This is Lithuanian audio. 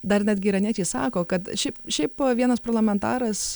dar netgi iraniečiai sako kad šiaip šiaip vienas parlamentaras